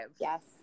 Yes